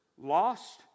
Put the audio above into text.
lost